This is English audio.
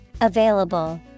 Available